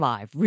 Live